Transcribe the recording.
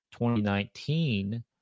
2019